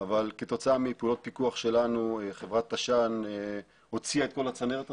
אבל כתוצאה מפעולות פיקוח שלנו חברת תש"ן הוציאה את כול הצנרת הזו.